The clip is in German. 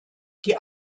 die